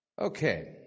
Okay